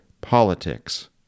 politics